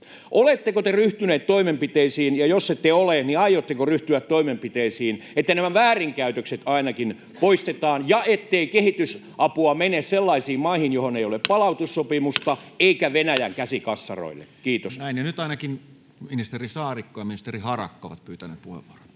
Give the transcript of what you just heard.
Oletteko te ryhtyneet toimenpiteisiin, ja jos ette ole, niin aiotteko ryhtyä toimenpiteisiin, että nämä väärinkäytökset ainakin poistetaan ja ettei kehitysapua mene sellaisiin maihin, joihin ei ole palautussopimusta, eikä Venäjän käsikassaroille? — Kiitos. [Speech 95] Speaker: Toinen varapuhemies Juho Eerola